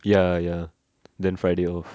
ya ya then friday off